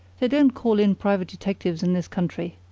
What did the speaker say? they don't call in private detectives in this country.